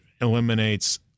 eliminates